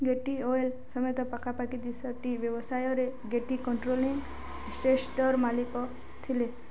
ଗେଟି oil ସମେତ ପାଖାପାଖି ଦୁଇ ଶହଟି ବ୍ୟବସାୟରେ ଗେଟି କଣ୍ଟ୍ରୋଲିଂ ଇଣ୍ଟ୍ରେଷ୍ଟର ମାଲିକ ଥିଲେ